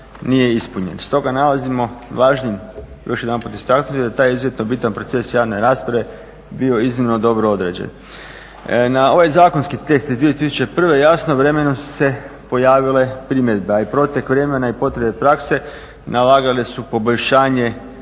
nije ispunjen. Stoga, nalazimo važnim još jedanput istaknuti da taj izuzetno bitan proces javne rasprave bio iznimno dobro određen. Na ovaj zakonski tekst iz 2002. jasno vremenom su se pojavile primjedbe, a i protek vremena i potrebe prakse nalagale su poboljšanje